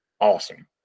awesome